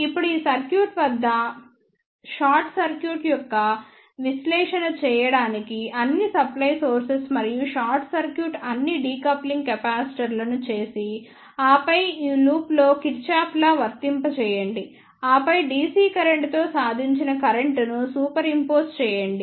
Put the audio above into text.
ఇప్పుడు ఈ circuit short circuit యొక్క విశ్లేషణ చేయడానికి అన్ని సప్లై సోర్సెస్ మరియు షార్ట్ సర్క్యూట్ అన్ని డికప్లింగ్ కెపాసిటర్లను చేసి ఆపై ఈ లూప్లో కిర్చాఫ్ లా వర్తింపజేయండి ఆపై DC కరెంట్తో సాధించిన కరెంట్ను సూపరింపోజ్ చేయండి